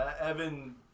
Evan